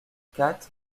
quatre